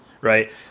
right